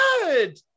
good